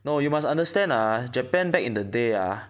no you must understand ah Japan back in the day ah